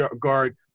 guard